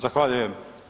Zahvaljujem.